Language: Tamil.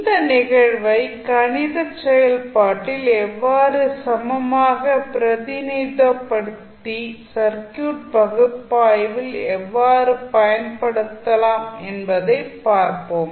இந்த நிகழ்வை கணிதச் செயல்பாட்டில் எவ்வாறு சமமாக பிரதிநிதித்துவப்படுத்தி சர்க்யூட் பகுப்பாய்வில் எவ்வாறு பயன்படுத்தலாம் என்பதைப் பார்ப்போம்